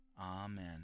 Amen